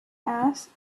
asked